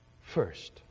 first